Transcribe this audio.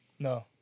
No